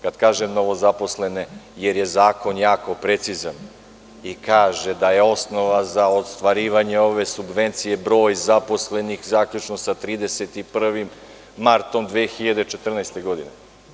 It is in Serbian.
Kažem novozaposlene, jer je zakon jako precizan i kaže da je osnova za ostvarivanje ove subvencije broj zaposlenih zaključno sa 31. martom 2014. godine.